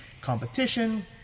Competition